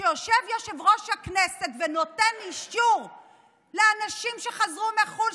כשיושב יושב-ראש הכנסת ונותן אישור לאנשים שחזרו מחו"ל,